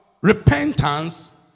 Repentance